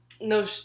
No